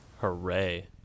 Hooray